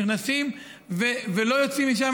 נכנסים ולא יוצאים משם,